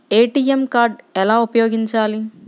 ATM card ఎలా ఉపయోగించాలి?